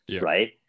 Right